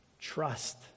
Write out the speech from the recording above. trust